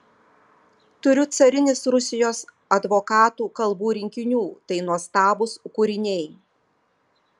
turiu carinės rusijos advokatų kalbų rinkinių tai nuostabūs kūriniai